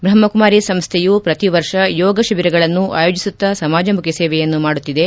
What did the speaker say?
ಬ್ರಹ್ಮಾಕುಮಾರಿ ಸಂಸ್ಲೆಯು ಪ್ರತಿವರ್ಷ ಯೋಗ ತಿಬಿರಗಳನ್ನು ಆಯೋಜಿಸುತ್ತಾ ಸಮಾಜಮುಖ ಸೇವೆಯನ್ನು ಮಾಡುತ್ತಿದೆ